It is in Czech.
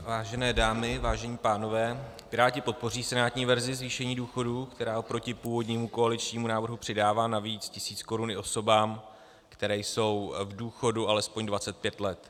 Vážené dámy, vážení pánové, Piráti podpoří senátní verzi zvýšení důchodů, která oproti původnímu koaličnímu návrhu přidává navíc 1 000 korun i osobám, které jsou v důchodu alespoň 25 let.